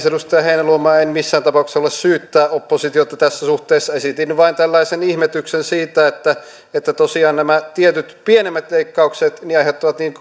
edustaja heinäluoma en missään tapauksessa halua syyttää oppositiota tässä suhteessa esitin vain tällaisen ihmetyksen siitä että että tosiaan nämä tietyt pienemmät leikkaukset aiheuttavat niin